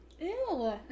Ew